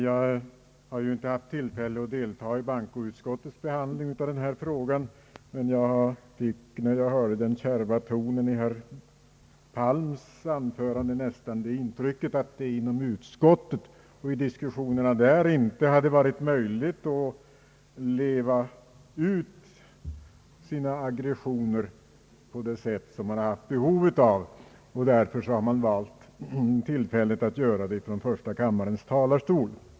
Jag har inte haft tillfälle att delta i bankoutskottets behandling av denna fråga, men fick när jag hörde den kärva tonen i herr Palms anförande nästan det intrycket, att man vid diskussionerna i utskottet inte haft möjlighet att leva ut sina aggressioner på det sätt som man hade behov av och därför valt tillfället att göra det från första kammarens talarstol.